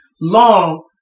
long